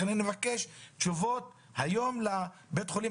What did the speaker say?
לכן אני מבקש תשובות היום לבית החולים